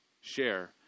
share